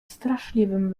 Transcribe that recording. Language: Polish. straszliwym